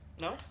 No